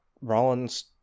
Rollins